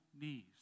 knees